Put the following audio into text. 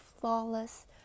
flawless